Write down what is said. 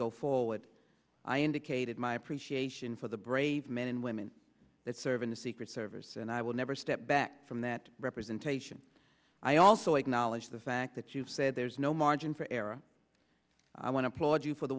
go forward i indicated my appreciation for the brave men and women that serve in the secret service and i will never step back from that representation i also acknowledge the fact that you said there's no margin for error i want to applaud you for the